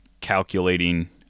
calculating